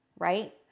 right